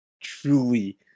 truly